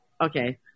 okay